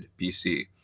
BC